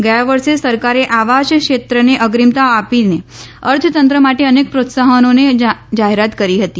ગયા વર્ષે સરકારે આવાસ ક્ષેત્રને અગ્રીમતા આપીને અર્થત્રંત માટે અનેક પ્રોત્સાહનોની જાહેરાત કરી હતી